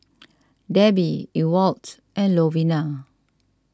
Debby Ewald and Lovina